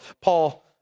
Paul